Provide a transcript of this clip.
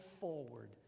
forward